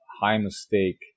high-mistake